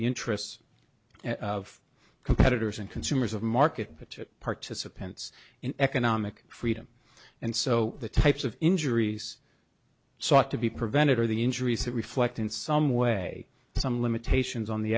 the interests of competitors and consumers of market protect participants in economic freedom and so the types of injuries sought to be prevented are the injuries that reflect in some way some limitations on the